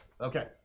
Okay